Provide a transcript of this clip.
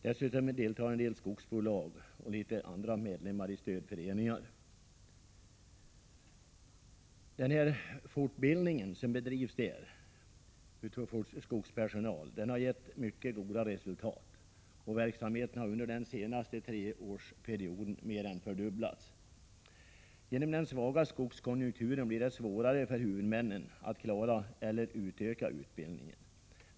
Dessutom deltar skogsbolag och andra medlemmar i stödföreningar i finansieringen. Den fortbildning av skogspersonal som här bedrivs har givit mycket goda resultat, och verksamheten har under den senaste treårsperioden mer än fördubblats. Genom den svaga skogskonjunkturen blir det svårare för huvudmännen att klara eller utöka utbildningen.